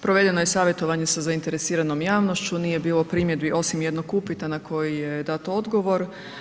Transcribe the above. Provedeno je savjetovanje sa zainteresiranom javnošću, nije bilo primjedbi osim jednog upita na koji je dat odgovor.